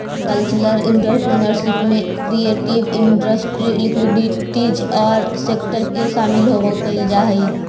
cultural entrepreneurship में creative industry activities औउर sector के शामिल कईल गेलई हई